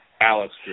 Alex